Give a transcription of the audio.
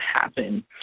happen